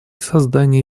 создания